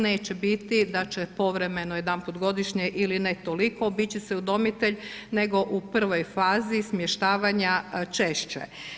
Neće biti da će povremeno jedanput godišnje ili ne toliko obići se udomitelj, nego u prvoj fazi smještavanja češće.